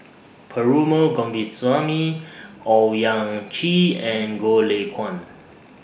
Perumal Govindaswamy Owyang Chi and Goh Lay Kuan